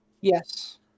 Yes